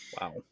Wow